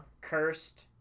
cursed